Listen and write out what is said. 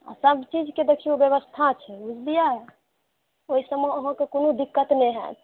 आ सभ चीजकेँ देखियौ व्यवस्था छै बुझलियै ओहिसभमे अहाँके कोनो दिक्कत नहि होयत